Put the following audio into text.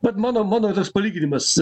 bet mano mano tas palyginimas